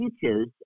teaches